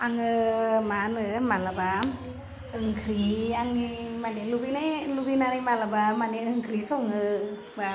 आङो मा होनो माब्लाबा ओंख्रि आंनि माने लुगैनाय लुगैनानै माब्लाबा माने ओंख्रि सङो बा